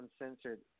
Uncensored